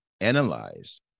analyze